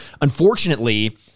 unfortunately